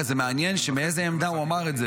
מעניין מאיזה עמדה הוא אמר את זה.